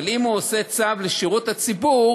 אבל אם הוא עושה צו לשירות הציבור,